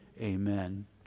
amen